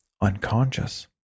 unconscious